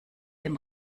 dem